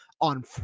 on